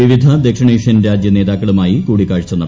വിവിധ ദക്ഷിണേഷ്യൻ രാജ്യ നേതാക്കളുമായി കൂടിക്കാഴ്ച നടത്തും